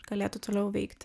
galėtų toliau veikti